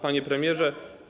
Panie Premierze!